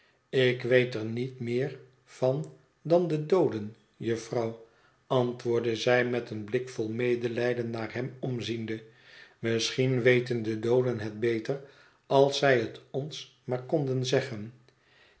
ik weet er niet meer van dan de dooden jufvrouw antwoordde zij met een blik vol medelijden naar hem omziende misschien weten de dooden het beter als zij het ons maar konden zeggen